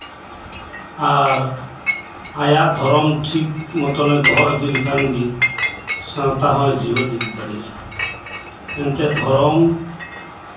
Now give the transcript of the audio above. ᱟᱨ ᱟᱭᱟᱜ ᱫᱷᱚᱨᱚᱢ ᱴᱷᱤᱠ ᱢᱚᱛᱚᱱᱮ ᱫᱚᱦᱚ ᱤᱫᱤ ᱞᱮᱠᱷᱟᱱ ᱜᱮ ᱥᱟᱶᱛᱟ ᱦᱚᱸ ᱡᱤᱣᱤᱫ ᱤᱫᱤ ᱫᱟᱲᱮᱭᱟᱜᱼᱟ ᱮᱱᱛᱮᱛ ᱫᱷᱚᱨᱚᱢ